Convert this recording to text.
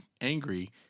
angry